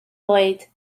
oed